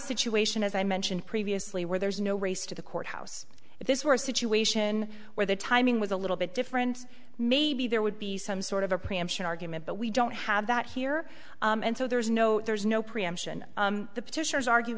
situation as i mentioned previously where there's no race to the courthouse if this were a situation where the timing was a little bit different maybe there would be some sort of a preemption argument but we don't have that here and so there's no there's no preemption the petitioners argue